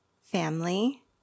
family